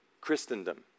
Christendom